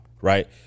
right